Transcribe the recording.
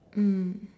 mm